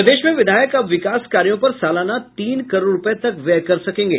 प्रदेश में विधायक अब विकास कार्यों पर सालाना तीन करोड़ रूपये तक व्यय कर सकेंगे